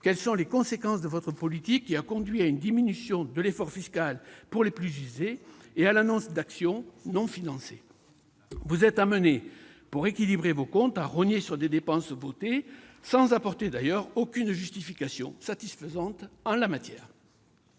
exemples -, les conséquences de votre politique qui a conduit à une diminution de l'effort fiscal pour les plus aisés et à l'annonce d'actions non financées. Vous êtes amené, pour équilibrer vos comptes, à rogner sur des dépenses votées, sans apporter d'ailleurs aucune justification satisfaisante en la matière.